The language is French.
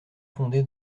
fondé